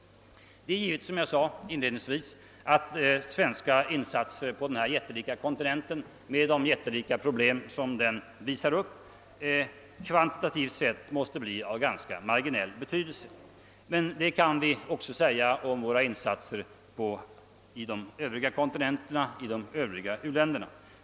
Det är, såsom jag inledningsvis sade, givet att svenska insatser på denna jättelika kontinent med de oerhörda problem, som den visar upp, kvantitativt måste bli av förhållandevis marginell betydelse. Men detta kan också sägas om våra insatser i u-länder på övriga kontinenter.